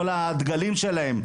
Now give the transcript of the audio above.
כל הדגלים שלהם,